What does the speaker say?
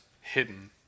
hidden